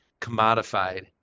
commodified